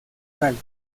rally